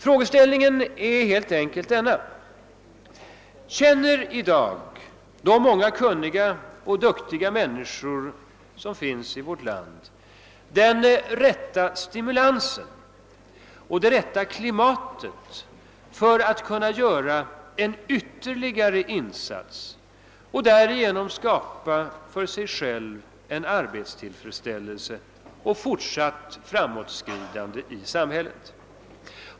Frågeställningen är helt enkelt denna: Känner i dag de många kunniga och duktiga människor som finns i vårt land den rätta stimulansen och det rätta klimatet för att kunna göra en ytterligare insats och därigenom skapa för sig själva en arbetstillfredsställelse och fortsatt framåtskridande i samhället?